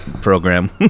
program